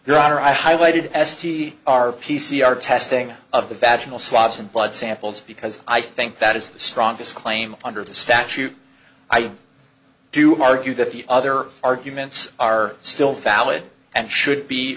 your honor i highlighted s t r p c r testing of the battle swabs and blood samples because i think that is the strongest claim under the statute i do argue that the other arguments are still valid and should be